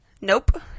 Nope